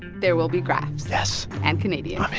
there will be graphs. yes. and canadians